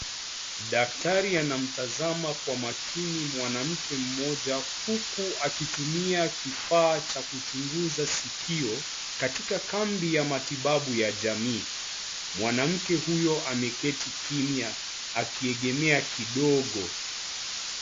Daktari anamtazama kwa makini mwanamke mmoja huku akitumia kifaa cha kuchunguza sikio katika kambi ya matibabu ya jamii, mwanamke huyo ameketi kimya akiegemea kidogo.